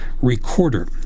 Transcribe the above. Recorder